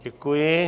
Děkuji.